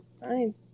fine